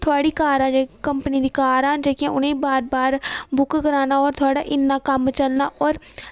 थोआड़ी कारां जेह्कियां कंपनी दि'यां कारां जेह्कियां उ'नें बार बार बुक कराना होए थोआड़ा इन्ना कम्म चलना होर